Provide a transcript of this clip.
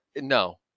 No